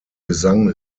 gesang